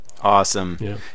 Awesome